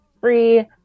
free